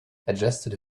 adjusted